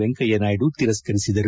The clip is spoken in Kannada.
ವೆಂಕಯ್ಯನಾಯ್ಡು ತಿರಸ್ಕ ರಿಸಿದರು